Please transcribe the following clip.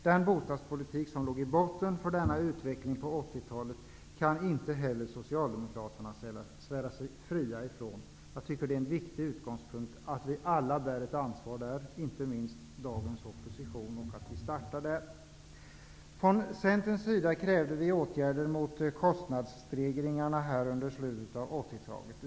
Den bostadspolitik som låg i botten för denna utveckling på 1980-talet kan inte heller Socialdemokraterna svära sig fria från. Det är en viktig utgångspunkt att vi alla bär ett ansvar och inte minst dagens opposition. Från Centerns sida krävde vi åtgärder mot kostnadsstegringarna under slutet av 1980-talet.